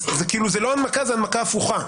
זה לא הנמקה, זו הנמקה הפוכה.